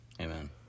Amen